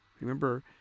remember